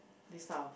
this house